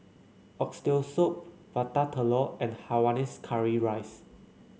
Oxtail Soup Prata Telur and Hainanese Curry Rice